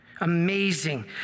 Amazing